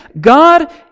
God